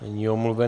Není omluven.